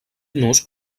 nus